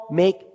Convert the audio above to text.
make